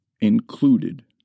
included